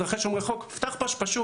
תפתח "פשפשוק",